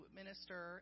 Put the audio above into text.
minister